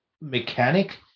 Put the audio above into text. mechanic